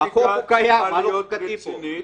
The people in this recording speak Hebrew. החוק קיים, מה לא חוקתי פה?